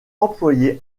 employé